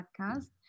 podcast